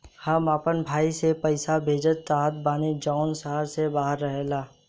हम अपना भाई के पइसा भेजल चाहत बानी जउन शहर से बाहर रहेला